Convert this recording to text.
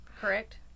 correct